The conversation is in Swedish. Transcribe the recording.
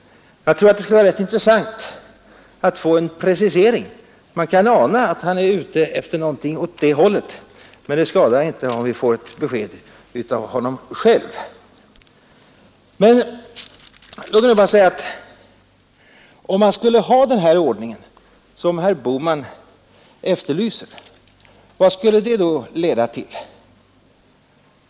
Det skulle vara rätt intressant att få en precisering. Man kan ana att han är ute efter någonting åt det hållet, men det skadar inte om vi får besked av honom själv. Vad skulle det då leda till om man hade den ordning som herr Bohman efterlyser?